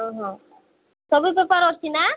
ହଁ ହଁ ସବୁ ପେପାର ଅଛି ନା